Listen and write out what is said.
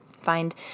find